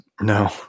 no